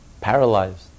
Paralyzed